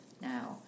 now